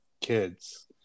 kids